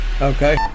Okay